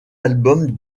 album